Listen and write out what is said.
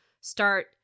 start